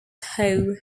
hough